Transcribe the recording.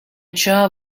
jaw